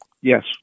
Yes